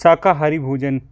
शाकाहारी भोजन